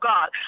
God